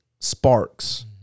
sparks